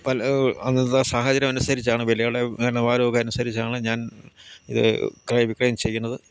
പല അന്നത്തെ സാഹചര്യം അനുസരിച്ചാണ് വിലയുടെ പിന്നെ വരവൊക്കെ അനുസരിച്ചാണ് ഞാൻ ഇത് ക്രയവിക്രയം ചെയ്യുന്നത്